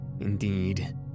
Indeed